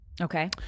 Okay